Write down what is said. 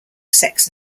sex